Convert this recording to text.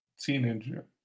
teenager